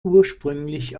ursprünglich